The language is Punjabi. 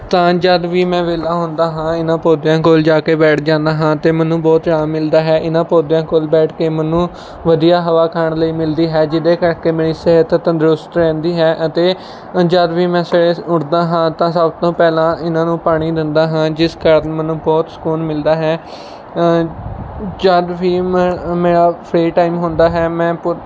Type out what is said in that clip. ਤਾਂ ਜਦ ਵੀ ਮੈਂ ਵਿਹਲਾ ਹੁੰਦਾ ਹਾਂ ਇਹਨਾਂ ਪੌਦਿਆਂ ਕੋਲ ਜਾ ਕੇ ਬੈਠ ਜਾਂਦਾ ਹਾਂ ਅਤੇ ਮੈਨੂੰ ਬਹੁਤ ਅਰਾਮ ਮਿਲਦਾ ਹੈ ਇਹਨਾਂ ਪੌਦਿਆਂ ਕੋਲ ਬੈਠ ਕੇ ਮੈਨੂੰ ਵਧੀਆ ਹਵਾ ਖਾਣ ਲਈ ਮਿਲਦੀ ਹੈ ਜਿਹਦੇ ਕਰਕੇ ਮੇਰੀ ਸਿਹਤ ਤੰਦਰੁਸਤ ਰਹਿੰਦੀ ਹੈ ਅਤੇ ਜਦ ਵੀ ਮੈਂ ਸਵੇਰੇ ਸ ਉੱਠਦਾ ਹਾਂ ਤਾਂ ਸਭ ਤੋਂ ਪਹਿਲਾਂ ਇਹਨਾਂ ਨੂੰ ਪਾਣੀ ਦਿੰਦਾ ਹਾਂ ਜਿਸ ਕਾਰਨ ਮੈਨੂੰ ਬਹੁਤ ਸਕੂਨ ਮਿਲਦਾ ਹੈ ਜਦ ਵੀ ਮੈ ਮੇਰਾ ਫਰੀ ਟਾਈਮ ਹੁੰਦਾ ਹੈ ਮੈਂ ਪੁ